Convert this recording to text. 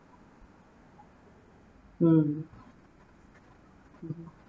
mm